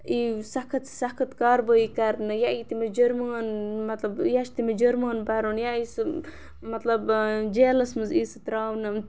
یی سخت سخت کاروٲے کَرنہٕ یا یی تٔمِس جُرمان مطلب یا چھِ تٔمِس جُرمان بَرُن یا یی سُہ مطلب جیلَس منٛز یی سُہ ترٛاونہٕ